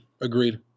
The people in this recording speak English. Agreed